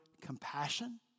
compassion